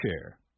Chair